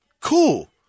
cool